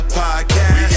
podcast